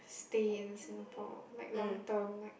still in Singapore like long term like